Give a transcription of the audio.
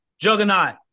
Juggernaut